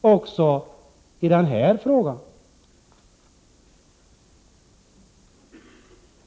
också i denna fråga?